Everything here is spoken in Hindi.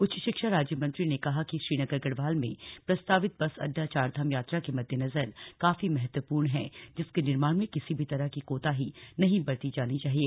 उच्च शिक्षा राज्य मंत्री ने कहा कि श्रीनगर गढ़वाल में प्रस्तावित बस अड्डा चारधाम यात्रा के मद्देनजर काफी महत्वपूर्ण है जिसके निर्माण में किसी भी तरह की कोताही नहीं बरती जानी चाहिए